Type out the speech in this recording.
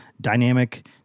dynamic